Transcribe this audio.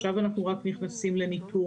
רק עכשיו אנחנו נכנסים לניטור.